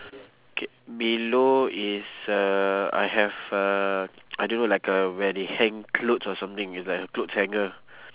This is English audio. K below is uh I have a I don't know like uh where they hang clothes or something is like a clothes hanger